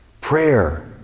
Prayer